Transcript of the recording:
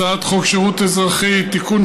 הצעת חוק שירות אזרחי (תיקון,